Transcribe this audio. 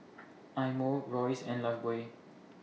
Eye Mo Royce and Lifebuoy